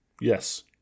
Yes